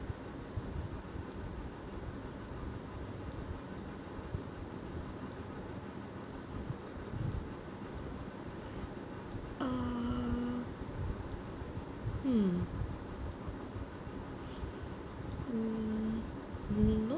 uh hmm no